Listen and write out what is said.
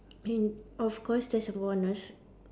and of course there's a bonus